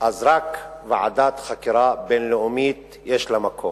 אז רק ועדת חקירה בין-לאומית יש לה מקום.